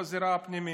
בזירה הפנימית.